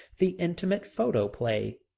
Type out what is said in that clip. the intimate photoplay.